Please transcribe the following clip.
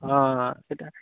ହଁ ହଁ